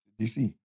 DC